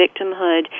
victimhood